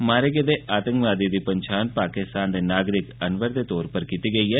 मारे गेदे आतंकवादी दी पंछान पाकिस्तान दे नागरिक अनवर दे तौर उप्पर कीती गेई ऐ